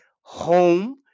home